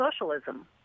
socialism